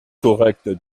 correcte